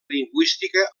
lingüística